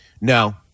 No